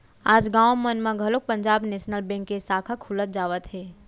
आज गाँव मन म घलोक पंजाब नेसनल बेंक के साखा खुलत जावत हे